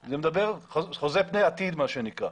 זה חוזה פני עתיד מה שנקרא.